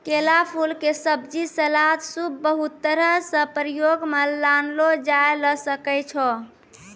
केला फूल के सब्जी, सलाद, सूप बहुत तरह सॅ प्रयोग मॅ लानलो जाय ल सकै छो